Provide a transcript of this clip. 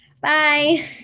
Bye